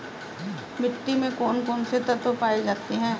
मिट्टी में कौन कौन से तत्व पाए जाते हैं?